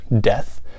death